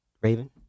Raven